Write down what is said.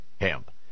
Hemp